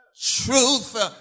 Truth